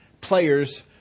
players